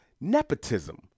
nepotism